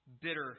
bitter